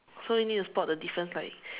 so we need to spot the difference like